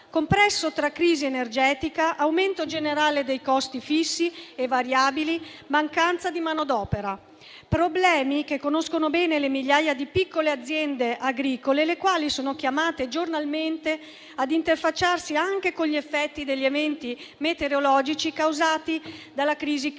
compresso tra crisi energetica, aumento generale dei costi fissi e variabili e mancanza di manodopera. Si tratta di problemi ben noti alle migliaia di piccole aziende agricole che sono chiamate giornalmente a interfacciarsi anche con gli effetti degli eventi metereologici causati dalla crisi climatica.